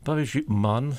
pavyzdžiui man